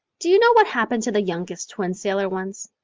do you know what happened to the youngest twin sailor once?